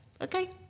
okay